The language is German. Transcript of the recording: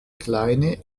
kleine